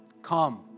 Come